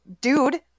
dude